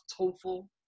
TOEFL